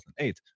2008